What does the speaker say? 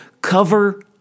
cover